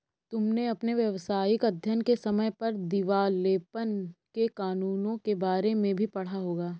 तुमने अपने व्यावसायिक अध्ययन के समय पर दिवालेपन के कानूनों के बारे में भी पढ़ा होगा